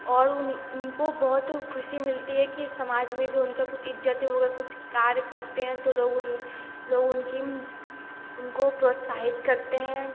और उनको बहुत खुशी मिलती है कि समाज में जो उनका कुछ इज़्ज़त है वगैरह कुछ कार्य करते हैं तो लोग उन लोग उनकी उनको प्रोत्साहित करते हैं